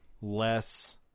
less